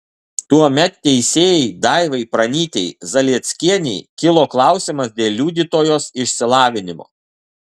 tuomet teisėjai daivai pranytei zalieckienei kilo klausimas dėl liudytojos išsilavinimo